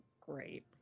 great